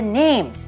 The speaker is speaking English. name